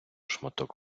шматок